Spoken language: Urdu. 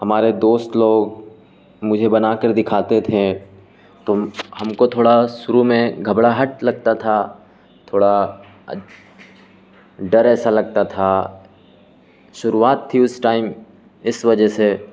ہمارے دوست لوگ مجھے بنا کر دکھاتے تھے تو ہم کو تھوڑا سروع میں گھبڑا ہٹ لگتا تھا تھوڑا ڈر ایسا لگتا تھا شروعات تھی اس ٹائم اس وجہ سے